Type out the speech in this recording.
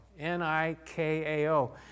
N-I-K-A-O